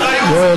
יואל.